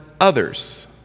others